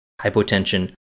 hypotension